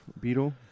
beetle